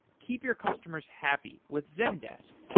keep your customers happy with zendesk.